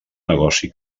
negoci